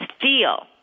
feel